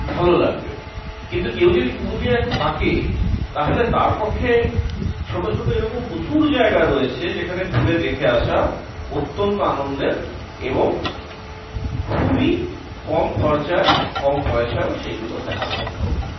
ভালো লাগবে কিন্তু কেউ যদি পুরুলিয়ায় থাকে তাহলে তার পক্ষে ছোটো ছোটো এরকম প্রচুর জায়গা রয়েছে যেখানে ঘুরে দেখে আসা অত্যন্ত আনন্দের এবং খুবই কম খরচায় কম পয়সাও সেগুলো দেখা সম্ভব